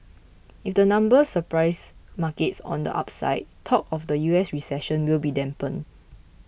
if the numbers surprise markets on the upside talk of a U S recession will be dampened